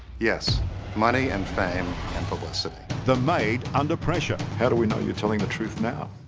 yes money and fame and publicity the made under pressure how do we know you're telling the truth now,